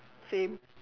same